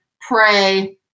pray